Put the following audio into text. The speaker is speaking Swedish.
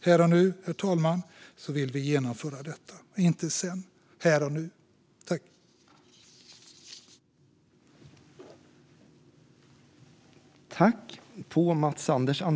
Herr talman! Vi vill genomföra detta här och nu, inte sedan utan här och nu.